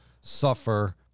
suffer